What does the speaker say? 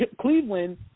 Cleveland